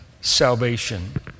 salvation